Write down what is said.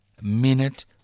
minute